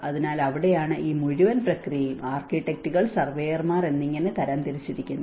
അതിനാൽ അവിടെയാണ് ഈ മുഴുവൻ പ്രക്രിയയും ആർക്കിടെക്റ്റുകൾ സർവേയർമാർ എന്നിങ്ങനെ തരംതിരിച്ചിരിക്കുന്നത്